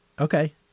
Okay